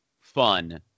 fun